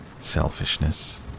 Selfishness